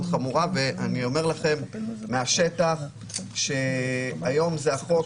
ואני אומר לכם מהשטח שהיום זה החוק